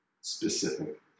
specific